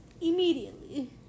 immediately